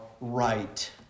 right